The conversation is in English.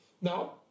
Now